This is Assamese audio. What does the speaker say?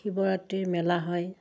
শিৱৰাত্ৰিৰ মেলা হয়